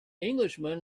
englishman